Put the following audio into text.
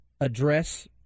address